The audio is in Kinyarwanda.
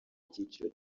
icyiciro